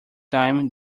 time